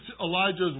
Elijah's